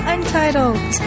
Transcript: Untitled